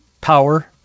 power